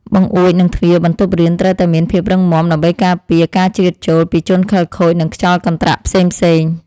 បង្អួចនិងទ្វារបន្ទប់រៀនត្រូវតែមានភាពរឹងមាំ ដើម្បីការពារការជ្រៀតចូលពីជនខិលខូចនិងខ្យល់កន្ត្រាក់ផ្សេងៗ។